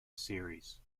series